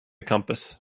compass